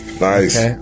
Nice